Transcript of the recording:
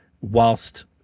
whilst